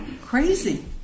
crazy